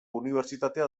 unibertsitatea